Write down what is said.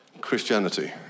Christianity